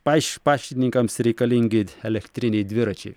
paš paštininkams reikalingi t elektriniai dviračiai